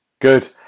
Good